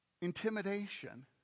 Intimidation